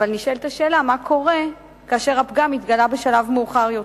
אבל נשאלת השאלה מה קורה כאשר הפגם התגלה בשלב מאוחר יותר,